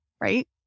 right